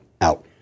out